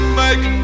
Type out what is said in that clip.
make